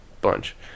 bunch